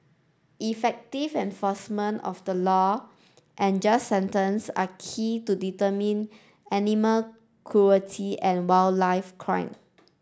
effective enforcement of the law and just sentence are key to deterring animal cruelty and wildlife crime